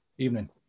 Evening